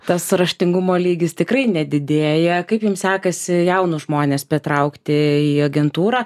tas raštingumo lygis tikrai nedidėja kaip jums sekasi jaunus žmones pritraukti į agentūrą